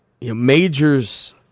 Majors